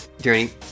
journey